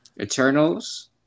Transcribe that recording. Eternals